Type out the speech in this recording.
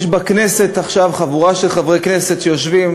יש בכנסת עכשיו חבורה של חברי כנסת שיושבים